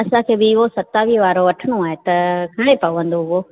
असांखे वीवो सतावीह वारो वठिणो आहे त घणे पवंदो उहो